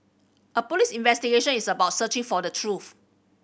a police investigation is about searching for the truth